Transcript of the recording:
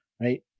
right